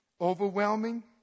overwhelming